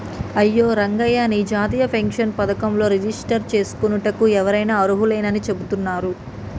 అయ్యో రంగయ్య నీ జాతీయ పెన్షన్ పథకంలో రిజిస్టర్ చేసుకోనుటకు ఎవరైనా అర్హులేనని చెబుతున్నారు